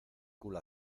culo